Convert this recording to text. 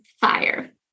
fire